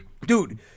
Dude